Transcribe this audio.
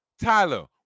Tyler